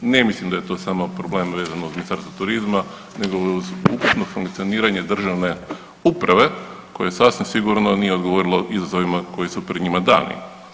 Ne mislim da je to samo problem vezan uz Ministarstvo turizma nego i uz ukupno funkcioniranje državne uprave koja sasvim sigurno nije odgovorila izazovima koji su pred njima dani.